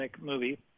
Movie